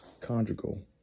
conjugal